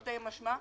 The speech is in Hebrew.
תרתי משמע.